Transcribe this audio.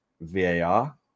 VAR